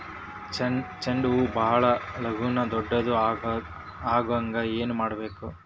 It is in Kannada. ಚಂಡ ಹೂ ಭಾಳ ಲಗೂನ ದೊಡ್ಡದು ಆಗುಹಂಗ್ ಏನ್ ಮಾಡ್ಬೇಕು?